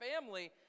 family